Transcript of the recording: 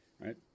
right